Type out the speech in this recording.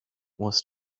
was